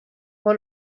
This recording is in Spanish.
por